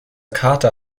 kater